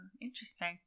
Interesting